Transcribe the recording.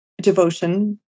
devotion